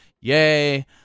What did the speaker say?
yay